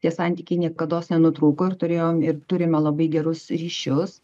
tie santykiai niekados nenutrūko ir turėjom ir turime labai gerus ryšius